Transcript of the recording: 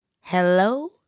Hello